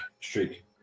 streak